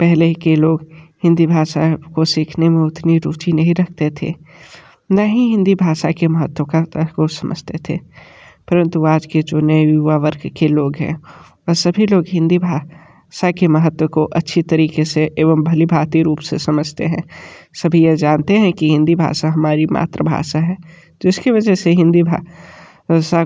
पहले के लोग हिंदी भाषा को सीखने में उतनी रुचि नहीं रखते थे ना ही हिंदी भाषा के महत्वता को समझते थे परंतु आज के जो नए युवा वर्ग के लोग हैं वह सभी लोग हिंदी भा षा के महत्व को अच्छी तरीक़े से एवं भली भांति रूप से समझते हैं सभी यह जानते हैं कि हिंदी भाषा हमारी मात्र भाषा है तो इसकी वजह से हिंदी भा षा